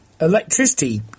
electricity